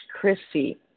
Chrissy